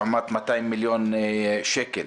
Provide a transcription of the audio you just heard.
לעומת 200 מיליון שקלים.